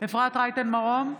אפרת רייטן מרום,